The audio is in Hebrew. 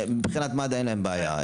מבחינת מד"א אין להם בעיה,